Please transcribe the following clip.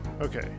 Okay